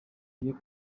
bagiye